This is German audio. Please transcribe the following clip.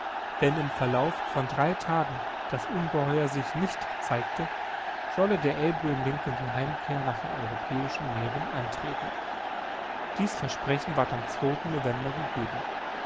wenn im verlauf von drei tagen das ungeheuer sich nicht zeigte solle der abraham lincoln die heimkehr nach den europäischen meeren antreten dies versprechen ward am november gegeben